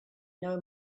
know